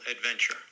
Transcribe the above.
Adventure